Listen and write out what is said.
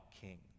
king